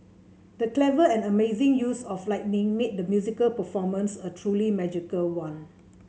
the clever and amazing use of lighting made the musical performance a truly magical one